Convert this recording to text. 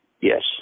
Yes